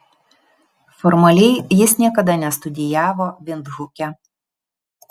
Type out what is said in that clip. formaliai jis niekada nestudijavo vindhuke